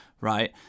right